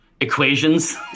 equations